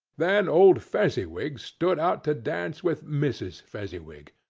then old fezziwig stood out to dance with mrs. fezziwig.